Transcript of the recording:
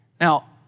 Now